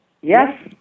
Yes